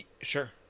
Sure